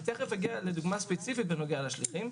אני תכף אתן דוגמה ספציפית בנוגע לשליחים.